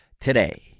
today